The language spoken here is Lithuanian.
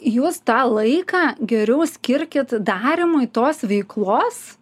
jūs tą laiką geriau skirkit darymui tos veiklos